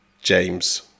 James